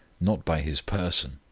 not by his person,